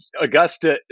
Augusta